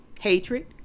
hatred